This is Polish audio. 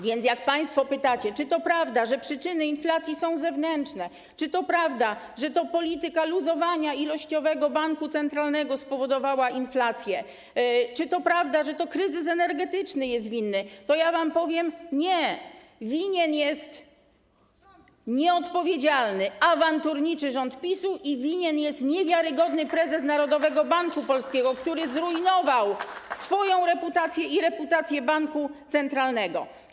Więc jak państwo pytacie, czy to prawda, że przyczyny inflacji są zewnętrzne, czy to prawda, że to polityka luzowania ilościowego banku centralnego spowodowała inflację, czy to prawda, że to kryzys energetyczny jest winny, to ja wam powiem: nie, winien jest nieodpowiedzialny, awanturniczy rząd PiS-u i winien jest niewiarygodny prezes Narodowego Banku Polskiego, który zrujnował swoją reputację i reputację banku centralnego.